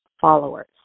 followers